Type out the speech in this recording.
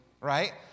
right